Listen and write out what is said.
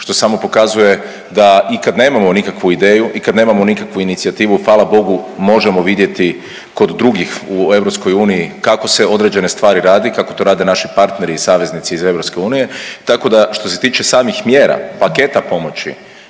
što samo pokazuje da i kad nemamo nikakvu ideju i kad nemamo nikakvu inicijativu fala Bogu možemo vidjeti kod drugih u EU kako se određene stvari radi, kako to rade naši partneri i saveznici iz EU, tako da što se tiče samih mjera paketa pomoći,